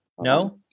No